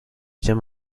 bien